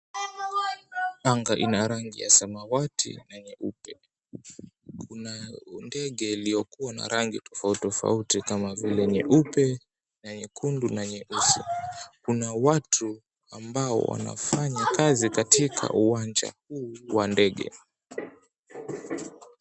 Anga ina rangi ya samawati na nyeupe. Kuna ndege iliyokuwa na rangi tofauti tofauti kama vile nyeupe na nyekundu na nyeusi. Kuna watu ambao wanafanya kazi katika uwanja huu wa ndege.